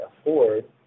afford